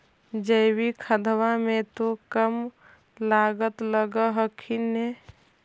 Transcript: जैकिक खदबा मे तो कम लागत लग हखिन न?